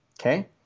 Okay